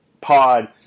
pod